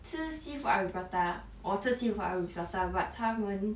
吃 seafood arrabbiata 我吃 seafood arrabbiata but 他们